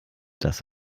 dass